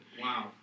Wow